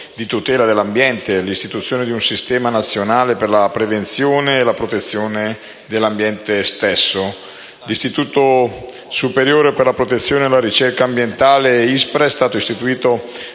di tutela dell'ambiente, ovvero l'istituzione di un Sistema nazionale per la prevenzione e la protezione dell'ambiente. L'Istituto superiore per la protezione e la ricerca ambientale (ISPRA) è stato istituito